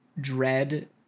dread